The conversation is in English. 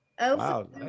Wow